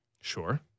Sure